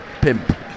pimp